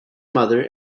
mother